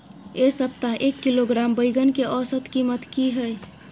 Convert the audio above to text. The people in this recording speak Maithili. ऐ सप्ताह एक किलोग्राम बैंगन के औसत कीमत कि हय?